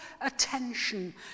attention